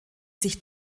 sich